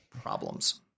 problems